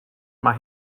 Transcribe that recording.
mae